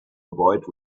avoid